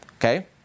okay